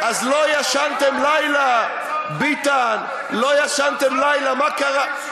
אז לא ישנתם לילה, ביטן, לא ישנתם לילה, מה קרה?